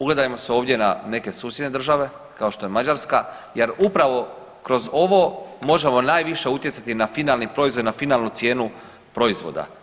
Ugledajmo se ovdje na neke susjedne države kao što je Mađarska jer upravo kroz ovo možemo najviše utjecati na finalni proizvod, na finalnu cijenu proizvoda.